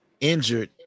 injured